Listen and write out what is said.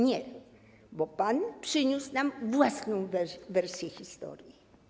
Nie, bo pan przyniósł nam własną wersję historii.